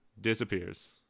disappears